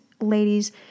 ladies